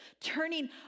Turning